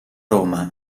roma